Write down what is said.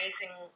amazing